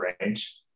range